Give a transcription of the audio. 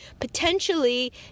potentially